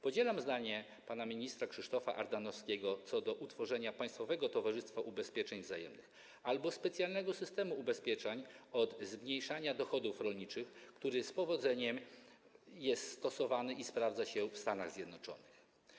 Podzielam zdanie pana ministra Krzysztofa Ardanowskiego na temat utworzenia państwowego towarzystwa ubezpieczeń wzajemnych albo specjalnego systemu ubezpieczeń od zmniejszania się dochodów rolniczych, który z powodzeniem jest stosowany i sprawdza się w Stanach Zjednoczonych.